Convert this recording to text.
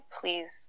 please